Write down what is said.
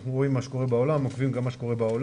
אנחנו עוקבים גם אחרי מה שקורה בעולם.